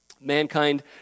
Mankind